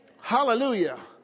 Hallelujah